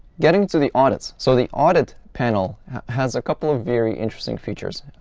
getting to the audits. so the audit panel has a couple of very interesting features.